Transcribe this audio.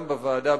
גם בוועדה,